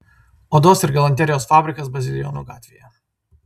odos ir galanterijos fabrikas bazilijonų gatvėje